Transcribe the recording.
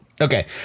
okay